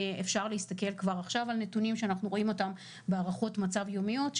אפשר להסתכל כבר עכשיו על נתונים שאנחנו רואים אותם בהערכות מצב יומיות,